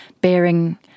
Bearing